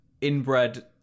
inbred